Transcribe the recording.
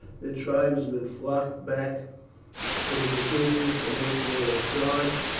the tribesmen flocked back to the positions from which they had charged,